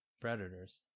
predators